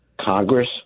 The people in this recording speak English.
Congress